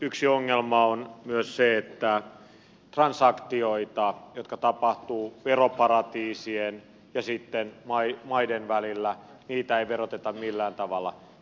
yksi ongelma on myös se että transaktioita jotka tapahtuvat veroparatiisien ja sitten maiden välillä ei veroteta millään tavalla